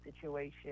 situation